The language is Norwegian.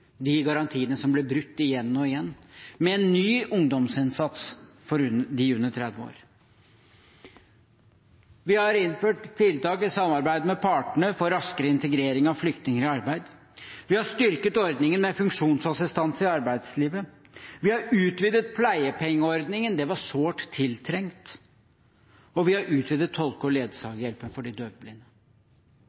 de garantiene som ble brutt igjen og igjen, med en ny ungdomsinnsats for dem under 30 år. Vi har i samarbeid med partene innført tiltak for raskere integrering av flyktninger i arbeid, vi har styrket ordningen med funksjonsassistanse i arbeidslivet, vi har utvidet pleiepengeordningen – det var sårt tiltrengt – og vi har utvidet tolke- og ledsagerhjelpen for de døvblinde.